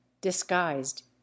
disguised